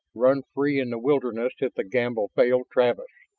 run free in the wilderness if the gamble failed travis.